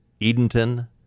Edenton